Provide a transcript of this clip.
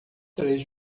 três